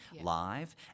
live